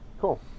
Cool